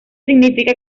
significa